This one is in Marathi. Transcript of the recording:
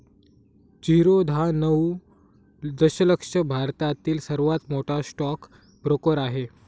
झिरोधा नऊ दशलक्ष भारतातील सर्वात मोठा स्टॉक ब्रोकर आहे